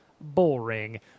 bullring